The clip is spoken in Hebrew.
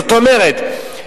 זאת אומרת,